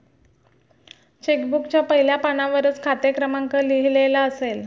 check बुकच्या पहिल्या पानावरच खाते क्रमांक लिहिलेला असेल